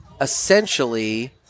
essentially